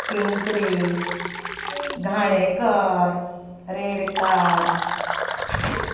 Kenkre Ghanekar Redkar